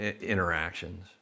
interactions